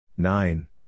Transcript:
nine